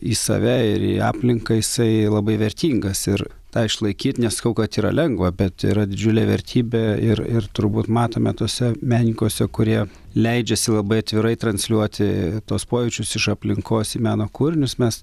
į save ir į aplinką jisai labai vertingas ir tą išlaikyt nesakau kad yra lengva bet yra didžiulė vertybė ir ir turbūt matome tose menininkuose kurie leidžiasi labai atvirai transliuoti tuos pojūčius iš aplinkos į meno kūrinius mes